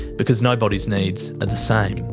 because nobody's needs are the same.